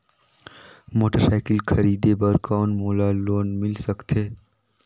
Motorcycle खरीदे बर कौन मोला लोन मिल सकथे?